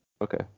Okay